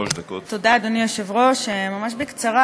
אדוני היושב-ראש, ממש בקצרה.